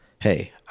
Hey